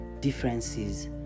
differences